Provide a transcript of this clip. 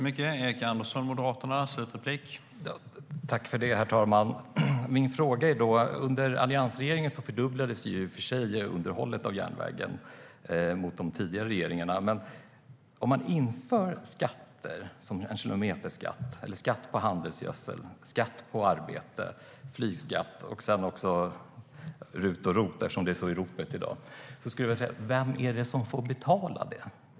Herr talman! Under alliansregeringen fördubblades i och för sig underhållet av järnvägen jämfört med hur det var under de tidigare regeringarna. Om man inför en kilometerskatt, skatt på handelsgödsel, höjd skatt på arbete, flygskatt och även förändringar i RUT och ROT, som är så i ropet i dag, vem är det då som får betala?